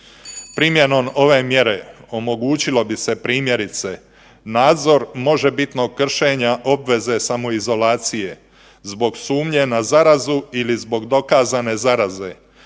Primjenom ove mjere omogućilo bi se primjerice nadzor možebitnog kršenja obveze samoizolacije zbog sumnje na zarazu ili zbog dokazane zaraze